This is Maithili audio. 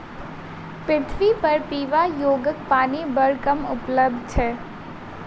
पृथ्वीपर पीबा योग्य पानि बड़ कम उपलब्ध अछि